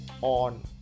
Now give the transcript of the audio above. on